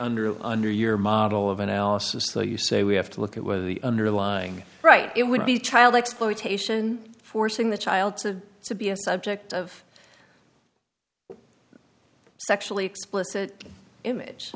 under under your model of analysis so you say we have to look at whether the underlying right it would be child exploitation forcing the child to be a subject of sexually explicit image